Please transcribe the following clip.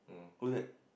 what was that